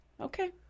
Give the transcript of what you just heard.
Okay